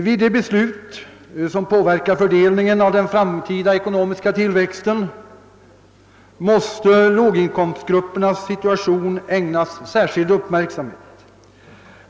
Vid de beslut, som påverkar fördelningen av den framtida ekonomiska tillväxten, måste låginkomstgruppernas situation ägnas särskild uppmärksamhet.